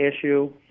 issue